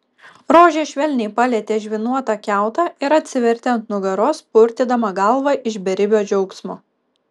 rožė švelniai palietė žvynuotą kiautą ir atsivertė ant nugaros purtydama galvą iš beribio džiaugsmo